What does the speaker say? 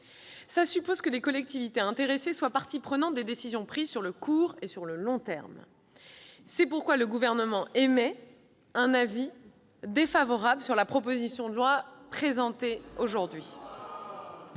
Cela suppose que les collectivités intéressées soient parties prenantes des décisions prises à court et long termes. C'est pourquoi le Gouvernement émet un avis défavorable sur la proposition de loi qui nous est aujourd'hui